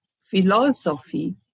Philosophy